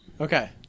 Okay